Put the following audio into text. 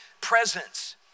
presence